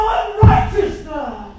unrighteousness